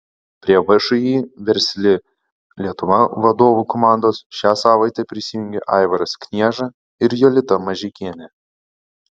prie všį versli lietuva vadovų komandos šią savaitę prisijungė aivaras knieža ir jolita mažeikienė